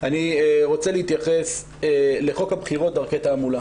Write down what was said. אני רוצה להתייחס לחוק הבחירות (דרכי תעמולה)